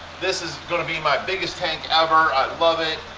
this is going to be my biggest tank ever. i love it.